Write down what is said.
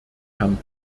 herrn